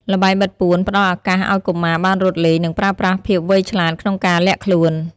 ល្បែងបិទពួនផ្ដល់ឱកាសឲ្យកុមារបានរត់លេង និងប្រើប្រាស់ភាពវៃឆ្លាតក្នុងការលាក់ខ្លួន។